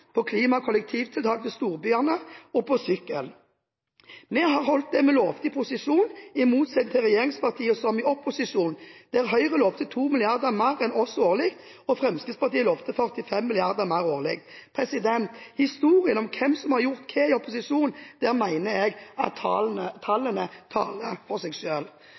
til klima- og kollektivtiltak i storbyene og til sykkel. Vi har holdt det vi lovte i posisjon, i motsetning til regjeringspartiene, der Høyre i opposisjon lovte 200 mrd. kr mer enn oss årlig, og Fremskrittspartiet lovte 45 mrd. kr mer årlig. I historien om hvem som har gjort hva i opposisjon, mener jeg at tallene taler for seg